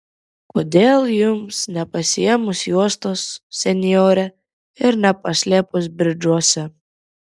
kodėl jums nepasiėmus juostos senjore ir nepaslėpus bridžuose